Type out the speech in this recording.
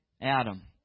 Adam